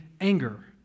anger